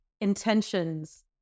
intentions